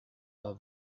pas